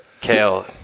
Kale